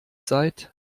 seid